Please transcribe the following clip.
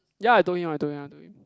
ya I told him I told him I told him